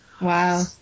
Wow